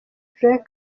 drake